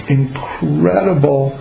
incredible